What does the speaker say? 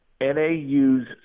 NAU's